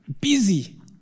busy